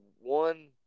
one